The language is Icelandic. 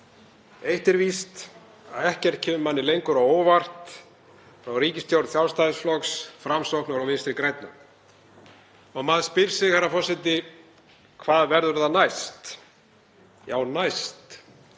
Eitt er víst að ekkert kemur manni lengur á óvart frá ríkisstjórn Sjálfstæðisflokks, Framsóknar og Vinstri grænna. Maður spyr sig, herra forseti: Hvað verður það næst? Já, næst.